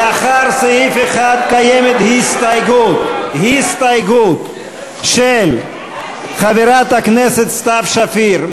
לאחר סעיף 1, הסתייגות של חברת הכנסת סתיו שפיר.